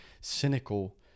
cynical